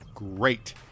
Great